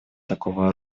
такого